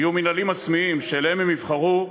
שלהם הם יבחרו,